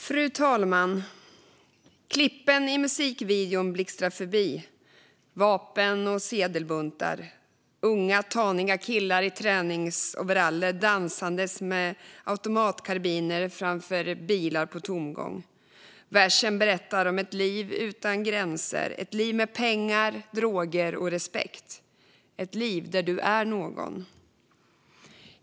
Fru talman! Klippen i musikvideon blixtrar förbi. Det är vapen och sedelbuntar och unga, taniga killar i träningsoveraller som dansar med automatkarbiner framför bilar på tomgång. Versen berättar om ett liv utan gränser, ett liv med pengar, droger och respekt - ett liv där du är någon.